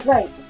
Right